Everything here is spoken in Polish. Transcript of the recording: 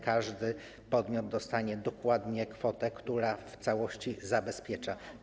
Każdy podmiot dostanie dokładnie kwotę, która w całości to zabezpiecza.